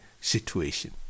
situation